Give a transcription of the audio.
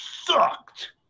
sucked